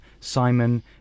Simon